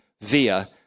via